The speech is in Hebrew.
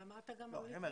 אתה אמרת גם ברוסית.